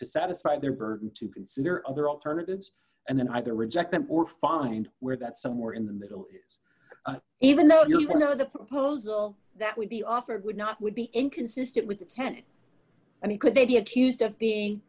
to satisfy their burden to consider other alternatives and then either reject them or find where that somewhere in the middle is even though you know the proposal that would be offered would not would be inconsistent with the ten and he could they be accused of being